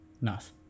Nice